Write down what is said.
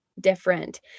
different